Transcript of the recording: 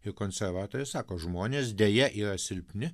ir konservatoriai sako žmonės deja yra silpni